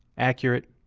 accurate,